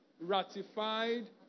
ratified